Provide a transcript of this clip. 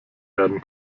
werden